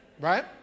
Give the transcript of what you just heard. Right